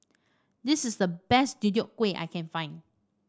this is the best Deodeok Gui I can find